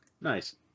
nice